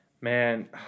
man